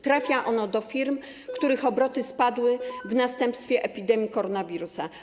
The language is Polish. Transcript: Trafia ono do firm, których obroty spadły w następstwie epidemii koronawirusa.